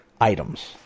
items